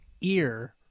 ear